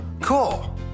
Cool